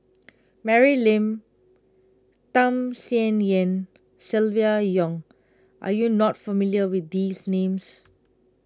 Mary Lim Tham Sien Yen Silvia Yong are you not familiar with these names